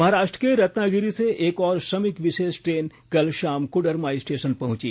महाराष्ट्र के रत्नागिरी से एक और श्रमिक विषेष ट्रेन कल षाम कोडरमा स्टेषन पहुंची